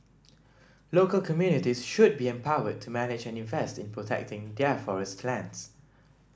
local communities should be empowered to manage and invest in protecting their forest lands